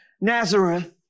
Nazareth